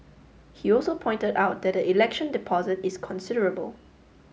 he also pointed out that the election deposit is considerable